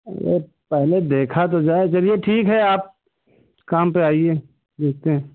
पहले देखा तो जाए चलिए ठीक है आप काम पर आइए देखते हैं